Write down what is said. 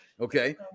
Okay